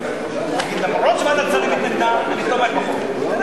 תגיד: אף שוועדת שרים התנגדה, אני תומך בחוק.